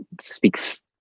speaks